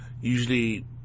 usually